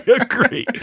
agree